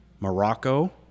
Morocco